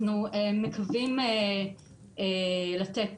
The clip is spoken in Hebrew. אנחנו מקווים לתת